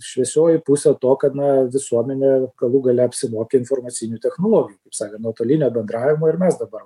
šviesioji pusė to kad na visuomenė galų gale apsimokė informacinių technologijų kaip sakant nuotolinio bendravimo ir mes dabar